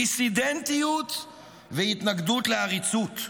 דיסידנטיות והתנגדות לעריצות.